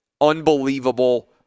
unbelievable